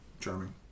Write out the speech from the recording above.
charming